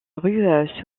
rue